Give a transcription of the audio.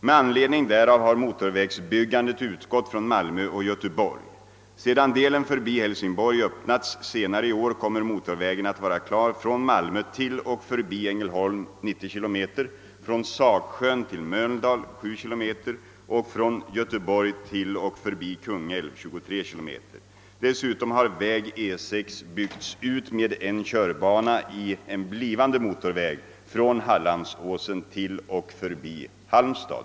Med anledning därav har motorvägsbyggandet utgått från Malmö och Göteborg. Sedan delen förbi Hälsingborg öppnats senare i år kommer motorvägen att vara klar från Malmö till och förbi Ängelholm , från Sagsjön till Mölndal och från Göteborg till och förbi Kungälv . Dessutom har väg E 6 byggts ut med en körbana i en blivande motorväg från Hallandsåsen till och förbi Halmstad .